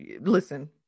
listen